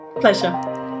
pleasure